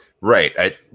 Right